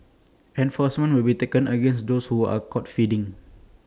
enforcement will be taken against those who are caught feeding